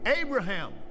Abraham